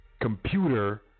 computer